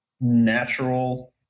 natural